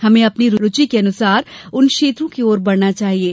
हमें अपनी रूचि के अनुसार उन क्षेत्रों की ओर बढ़ना चाहिये